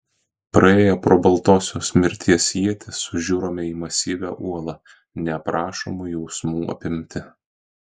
praėję pro baltosios mirties ietį sužiurome į masyvią uolą neaprašomų jausmų apimti